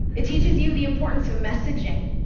it teaches you the importance of messaging.